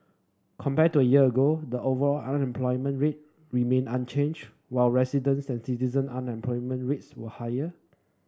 compared to year ago the overall unemployment rate remained unchanged while resident and citizen unemployment rates were higher